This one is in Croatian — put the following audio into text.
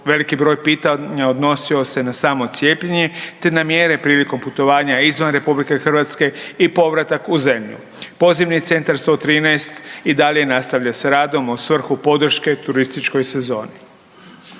veliki broj pitanja odnosio se na samo cijepljenje te na mjere prilikom putovanja izvan RH i povratak u zemlju. Pozivni centar 113 i dalje nastavlja sa radom u svrhu podrške turističkoj sezoni.